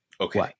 Okay